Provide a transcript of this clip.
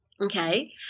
Okay